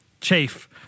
Chief